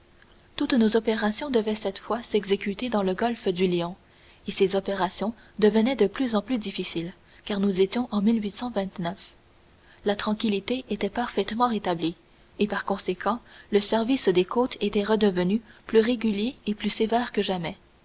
toutes nos opérations devaient cette fois s'exécuter dans le golfe du lion et ces opérations devenaient de plus en plus difficiles car nous étions en la tranquillité était parfaitement rétablie et par conséquent le service des côtes était redevenu plus régulier et plus sévère que jamais